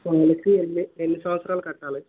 మనకి ఎన్ని ఎన్ని సంవత్సరాలు కట్టాలి